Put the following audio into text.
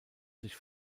sich